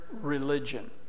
religion